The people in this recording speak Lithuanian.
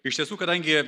iš tiesų kadangi